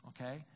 okay